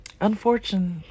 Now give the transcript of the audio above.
Unfortunate